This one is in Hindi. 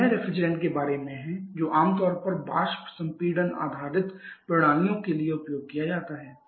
तो यह रेफ्रिजरेंट के बारे में है जो आमतौर पर वाष्प संपीड़न आधारित प्रणालियों के लिए उपयोग किया जाता है